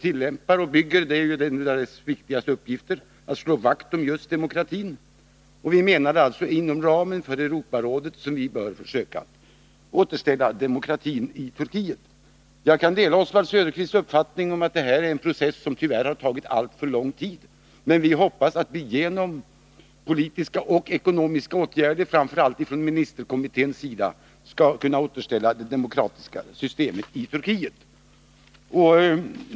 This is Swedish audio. En av Europarådets viktigaste uppgifter är att slå vakt om just demokratin, och vi menar att det alltså är inom ramen för Europarådet som man från svenskt håll borde försöka återställa demokratin i Turkiet. Jag delar Oswald Söderqvists uppfattning att detta är en process som tyvärr har tagit alltför lång tid. Men vi hoppas att vi genom politiska och ekonomiska åtgärder, framför allt från ministerkommitténs sida, skall kunna återställa det demokratiska systemet i Turkiet.